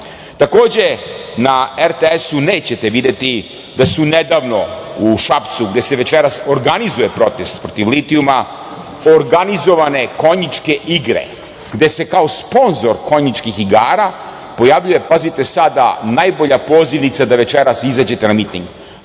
voda. Takođe, na RTS-u nećete videti da su nedavno u Šapcu, gde se večeras organizuje protest protiv litijuma, organizovane konjičke igre, gde se kao sponzor konjičkih igara pojavljuje, pazite sada, najbolja pozivnica da večeras izađete na miting,